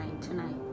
tonight